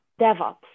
DevOps